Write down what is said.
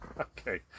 Okay